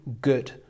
good